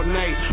night